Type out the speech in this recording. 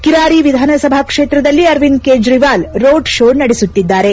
ಕಿರಾರಿ ವಿಧಾನಸಭಾ ಕ್ಷೇತ್ರದಲ್ಲಿ Arvind Kejriwal road show ನಡೆಸುತ್ತಿದ್ದಾರೆ